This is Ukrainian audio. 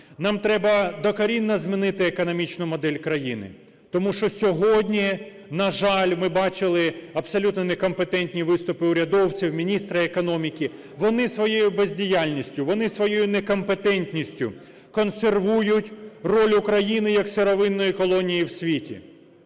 Нам треба докорінно змінити економічну модель країни. Тому що сьогодні, на жаль, ми бачили абсолютно некомпетентні виступи урядовців, міністра економіки. Вони своєю бездіяльністю, вони своєю некомпетентністю консервують роль України як сировинної колонії в світі.